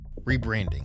Rebranding